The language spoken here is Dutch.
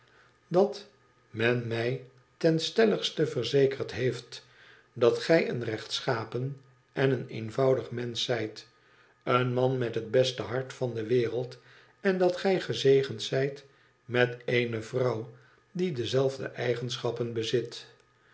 dat men mij ten stelligste verzekerd heeft dat gij een rechtschapen en eenvoudig mensch zijt een man met het beste hart van de wereld en dat gij gezegend zijt met eene vrouw die dezelfde eigenschappen bezit